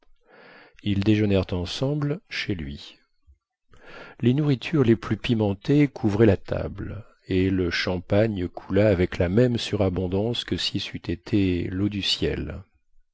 ils déjeunèrent ensemble chez lui les nourritures les plus pimentées couvraient la table et le champagne coula avec la même surabondance que si ceût été leau du ciel